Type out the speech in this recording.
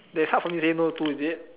that is hard for me to say no to is it